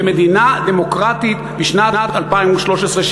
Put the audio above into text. ומדינה דמוקרטית בשנת 2013,